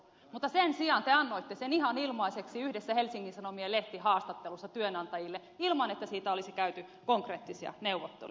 mutta sen sijaan te annoitte sen ihan ilmaiseksi yhdessä helsingin sanomien lehtihaastattelussa työnantajille ilman että siitä olisi käyty konkreettisia neuvotteluja